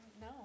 No